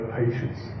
patience